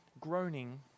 groaning